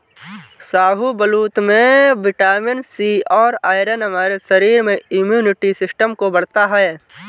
शाहबलूत में vitamin C और आयरन हमारे शरीर में इम्युनिटी सिस्टम को बढ़ता है